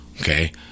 Okay